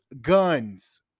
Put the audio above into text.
guns